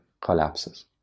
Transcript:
collapses